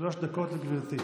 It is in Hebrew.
שלוש דקות לגברתי.